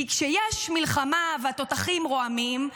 כי כשיש מלחמה והתותחים רועמים,